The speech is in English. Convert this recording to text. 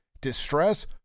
distress